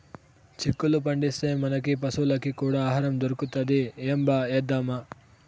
చిక్కుళ్ళు పండిస్తే, మనకీ పశులకీ కూడా ఆహారం దొరుకుతది ఏంబా ఏద్దామా